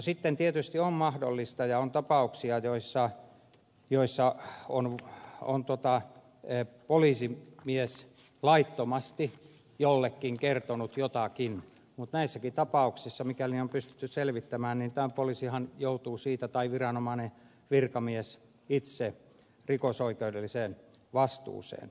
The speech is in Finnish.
sitten tietysti on mahdollista ja on tapauksia joissa on poliisimies laittomasti jollekin kertonut jotakin mutta näissäkin tapauksissa mikäli se on pystytty selvittämään poliisi tai viranomainen virkamies joutuu siitä itse rikosoikeudelliseen vastuuseen